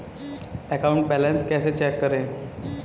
Account balance कैसे check करें?